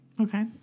Okay